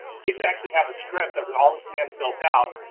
so you can actually have a script of and all the command built out.